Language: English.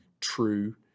true